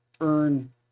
earn